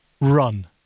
run